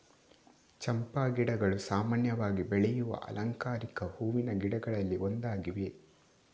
ಚಂಪಾ ಗಿಡಗಳು ಸಾಮಾನ್ಯವಾಗಿ ಬೆಳೆಯುವ ಅಲಂಕಾರಿಕ ಹೂವಿನ ಗಿಡಗಳಲ್ಲಿ ಒಂದಾಗಿವೆ